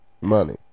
money